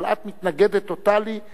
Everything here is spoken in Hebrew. אבל את מתנגדת טוטלית,